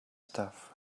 stuff